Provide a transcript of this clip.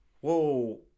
whoa